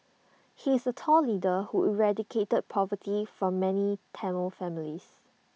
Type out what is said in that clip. he is A tall leader who eradicated poverty from many Tamil families